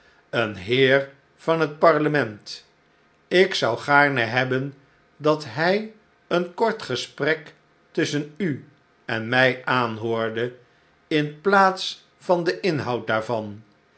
een heer van het parlement ik zou gaarne hebben dat hij een kort gesprek tusschen u en mij aanhoorde in plaats van den inhoud daarvan